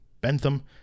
Bentham